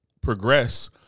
progress